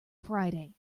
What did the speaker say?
friday